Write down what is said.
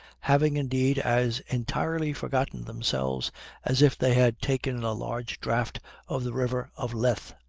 having indeed as entirely forgotten themselves as if they had taken a large draught of the river of lethe.